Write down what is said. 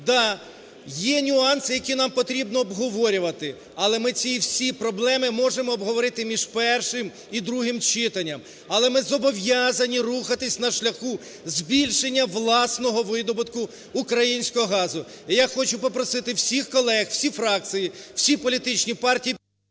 Да, є нюанси, які нам потрібно обговорювати, але ми ці всі проблеми можемо обговорити між першим і другим читанням. Але ми зобов'язані рухатися на шляху збільшення власного видобутку українського газу. І я хочу попросити всіх колег, всі фракції, всі політичні партії…